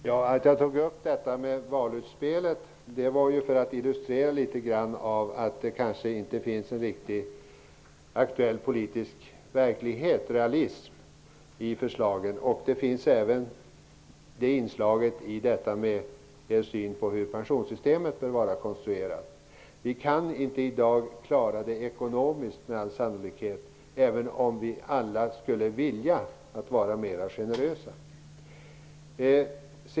Herr talman! Jag tog upp detta med valutspelet för att illustrera att det kanske inte finns en riktigt aktuell politisk realism i förslagen. Det inslaget finns även i er syn på hur pensionssystemet bör vara konstruerat. I dag kan vi sannolikt inte klara det ekonomiskt, även vi alla skulle vilja vara mer generösa.